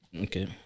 Okay